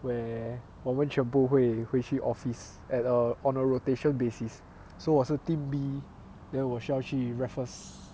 where 我们全部会回去 office at a on a rotation basis so 我是 team B then 我需要去 raffles